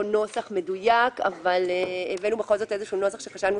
נוסח מדויק אבל הבאנו בכל זאת נוסח שחשבנו